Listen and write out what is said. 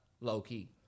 low-key